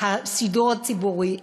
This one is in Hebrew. השידור הציבורי,